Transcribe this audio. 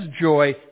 joy